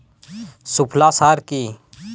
সুফলা সার কি?